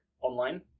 online